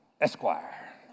Esquire